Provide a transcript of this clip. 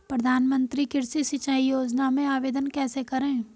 प्रधानमंत्री कृषि सिंचाई योजना में आवेदन कैसे करें?